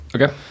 Okay